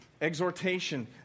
exhortation